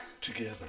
Together